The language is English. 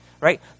right